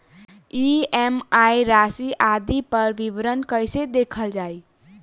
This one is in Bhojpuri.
ई.एम.आई राशि आदि पर विवरण कैसे देखल जाइ?